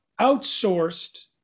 outsourced